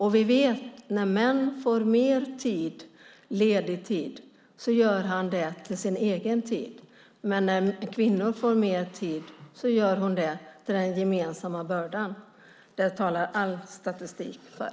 Vi vet också att när män får mer ledig tid gör de den tiden till sin egen, men när kvinnor får mer tid ger de den till den gemensamma bördan. Det talar all statistik för.